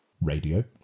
Radio